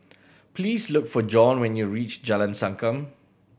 please look for John when you reach Jalan Sankam